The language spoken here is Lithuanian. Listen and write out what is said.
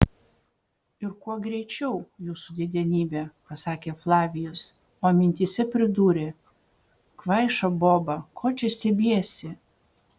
ir kuo greičiau jūsų didenybe pasakė flavijus o mintyse pridūrė kvaiša boba ko čia stebiesi